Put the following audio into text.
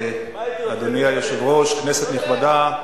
אדוני היושב-ראש, כנסת נכבדה,